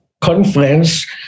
conference